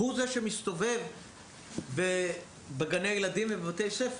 הוא זה שמסתובב בגני הילדים ובבתי הספר.